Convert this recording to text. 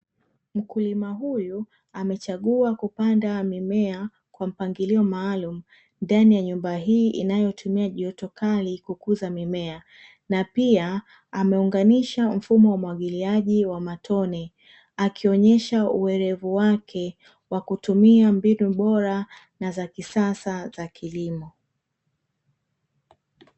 Mkulima huyu amechagua kupanda mimea kwa mpangilio maalumu ndani ya nyumba hii inayotumia joto kali kukuza mimea. Na pia ameunganisha mfumo wa umwagiliaji wa matone akionyesha uerevu wake, wa kutumia mbinu bora na za kisasa za kilimo.